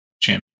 Champion